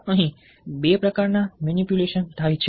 અહીં બે પ્રકારના મેનીપ્યુલેશન્સ થાય છે